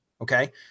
Okay